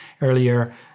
earlier